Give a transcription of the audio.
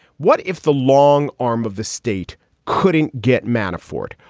what if the long arm of the state couldn't get manafort?